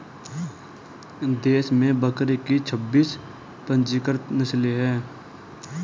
देश में बकरी की छब्बीस पंजीकृत नस्लें हैं